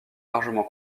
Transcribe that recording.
largement